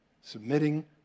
Submitting